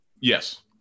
Yes